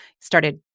started